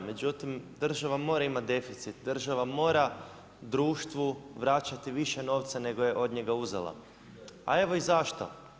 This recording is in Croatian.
Međutim, država mora imati deficit, država mora društvu vraćati više novca nego je od njega uzela a evo i zašto.